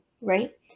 right